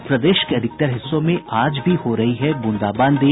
और प्रदेश के अधिकतर हिस्सों में आज भी हो रही है बूंदाबांदी